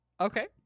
okay